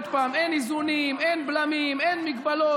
עוד פעם, אין איזונים, אין בלמים, אין מגבלות.